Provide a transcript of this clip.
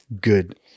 good